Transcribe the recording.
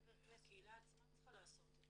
הקהילה עצמה צריכה לעשות את זה.